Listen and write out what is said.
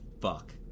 fuck